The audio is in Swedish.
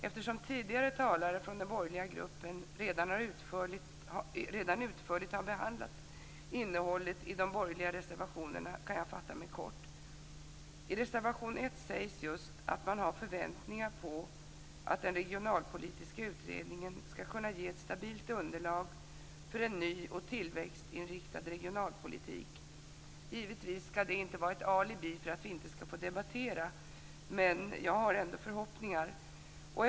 Eftersom tidigare talare från den borgerliga gruppen redan utförligt har behandlat innehållet i de borgerliga reservationerna, kan jag fatta mig kort. I reservation 1 sägs just att man har förväntningar på att den regionalpolitiska utredningen ska kunna ge ett stabilt underlag för en ny och tillväxtinriktad regionalpolitik. Givetvis ska det inte vara ett alibi för att inte debattera, men jag har ändå förhoppningar på den här punkten.